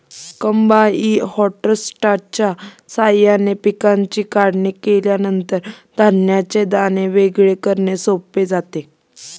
combine हार्वेस्टरच्या साहाय्याने पिकांची काढणी केल्यानंतर धान्याचे दाणे वेगळे करणे सोपे जाते